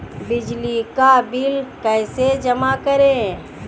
बिजली का बिल कैसे जमा करें?